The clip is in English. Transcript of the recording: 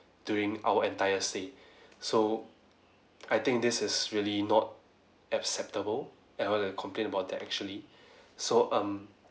during our entire stay so I think this is really not acceptable and I would like to complain about that actually so um